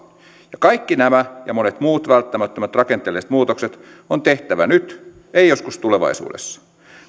kaikki nämä ja monet muut välttämättömät rakenteelliset muutokset on tehtävä nyt ei joskus tulevaisuudessa